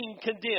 condemned